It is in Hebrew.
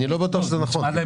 אני לא בטוח שזה נכון,